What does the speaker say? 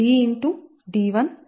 d1x D